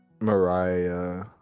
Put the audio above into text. Mariah